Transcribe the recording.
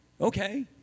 Okay